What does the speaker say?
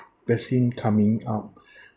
vaccine coming out